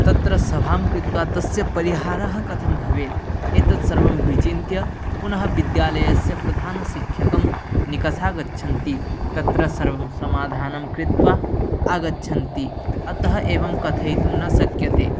तत्र सभां कृत्वा तस्य परिहारः कथं भवेत् एतत्सर्वं विचिन्त्य पुनः विद्यालयस्य प्रधानशिक्षकं निकषा गच्छन्ति तत्र सर्वं समाधानं कृत्वा आगच्छन्ति अतः एवं कथयितुं न शक्यते